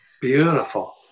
beautiful